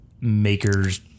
Maker's